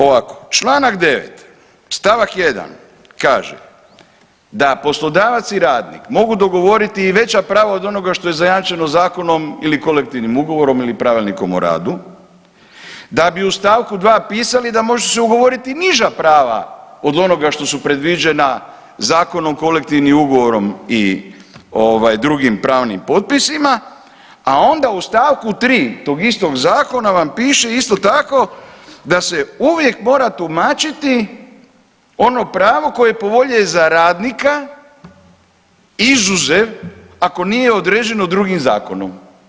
Ovako, čl. 9 st. 1 kaže, da poslodavac i radnik mogu dogovoriti i veća prava od onoga što je zajamčeno zakonom ili kolektivnim ugovorom ili pravilnikom o radu, da bi u st. 2 pisali da može se ugovoriti i niža prava od onoga što su predviđena zakonom, kolektivnim ugovorom i drugim pravnim potpisima, a onda u st. 3 tog istog zakona vam piše isto tako, da se uvijek mora tumačiti ono pravo koje je povoljnije za radnika, izuzev ako nije određeno drugim zakonom.